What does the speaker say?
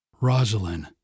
Rosalind